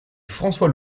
françois